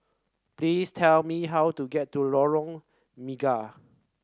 please tell me how to get to Lorong Mega